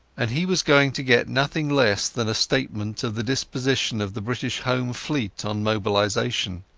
and he was going to get nothing less than a statement of the disposition of the british home fleet on mobilization.